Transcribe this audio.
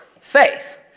faith